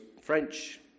French